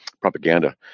propaganda